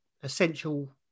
essential